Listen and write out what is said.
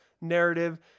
narrative